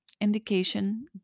Indication